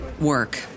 work